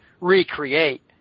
recreate